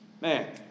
man